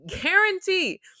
guarantee